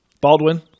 Baldwin